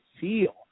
feel